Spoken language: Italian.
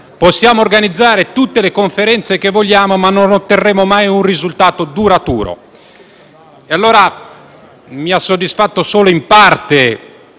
possiamo organizzare tutte le conferenze che vogliamo ma non otterremo mai un risultato duraturo. Mi ha allora soddisfatto solo in parte